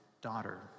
daughter